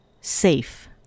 safe